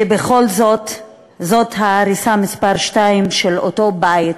ובכל זאת זו ההריסה מס' 2 של אותו בית,